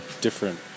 different